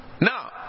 Now